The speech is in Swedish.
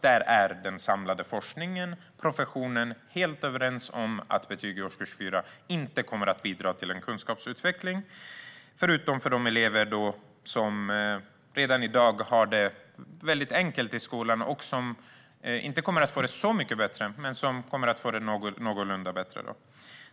Där är den samlade forskningen och professionen helt överens om att betyg i årskurs 4 inte kommer att bidra till kunskapsutveckling, utom för de elever som redan i dag har det väldigt lätt för sig i skolan. De får det inte mycket bättre, men de får det något bättre.